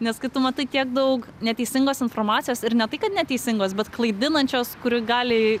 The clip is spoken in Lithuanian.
nes kai tu matai tiek daug neteisingos informacijos ir ne tai kad neteisingos bet klaidinančios kuri gali